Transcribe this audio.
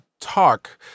talk